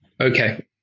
Okay